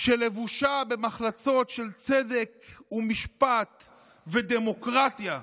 שלבושה במחלצות של צדק ומשפט ודמוקרטיה,